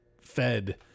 fed